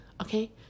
Okay